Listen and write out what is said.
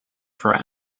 for